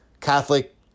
catholic